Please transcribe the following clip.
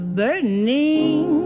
burning